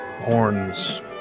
horns